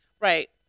Right